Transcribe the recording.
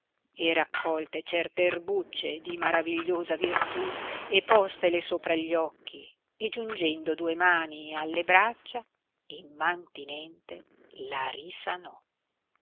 e raccolte certe erbuccie di maravigliosa virtù e postele sopra gli occhi e giungendo due mani alle braccia immantinente la risanò